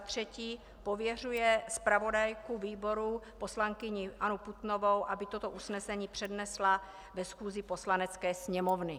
3. pověřuje zpravodajku výboru poslankyni Annu Putnovou, aby toto usnesení přednesla na schůzi Poslanecké sněmovny.